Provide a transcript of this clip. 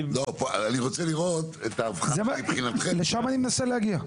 אני רוצה לראות את ההבחנה מבחינתכם --- לשם אני רוצה להגיע.